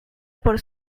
por